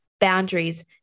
boundaries